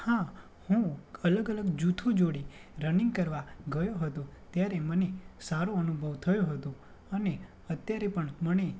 હા હું અલગ અલગ જૂથો જોડે રનિંગ કરવા ગયો હતો ત્યારે મને સારો અનુભવ થયો હતો અને અત્યારે પણ મને